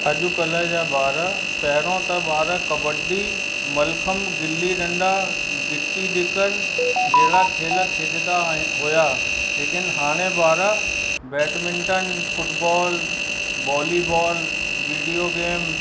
अॼुकल्ह जा ॿार पहिरियों त ॿार कॿडी मलखम गिली डंडा गिटी डिकर जहिड़ा खेल खेॾंदा आहे हुआ लेकिन हाणे ॿार badminton football volleyball video game